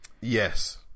Yes